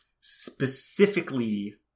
specifically